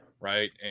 Right